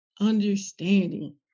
understanding